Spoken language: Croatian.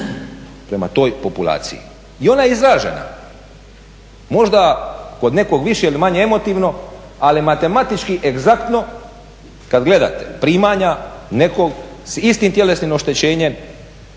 prema toj populaciji i ona je izražena, možda kod nekog više ili manje emotivno, ali matematički egzaktno kad gledate primanja nekog s istim tjelesnim oštećenjem